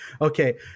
Okay